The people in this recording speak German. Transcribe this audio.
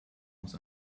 aus